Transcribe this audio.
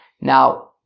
Now